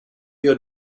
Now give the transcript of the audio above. your